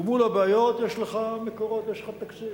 ומול הבעיות יש לך מקורות, יש לך תקציב.